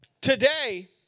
today